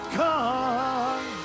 come